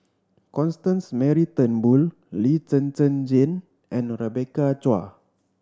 Constance Mary Turnbull Lee Zhen Zhen Jane and Rebecca Chua